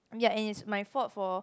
ya and it's my fault for